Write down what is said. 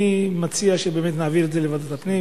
אני מציע שבאמת נעביר את זה לוועדת הפנים.